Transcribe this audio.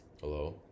Hello